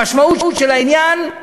המשמעות של העניין היא